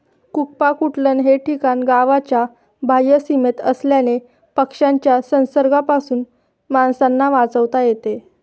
कुक्पाकुटलन हे ठिकाण गावाच्या बाह्य सीमेत असल्याने पक्ष्यांच्या संसर्गापासून माणसांना वाचवता येते